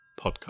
podcast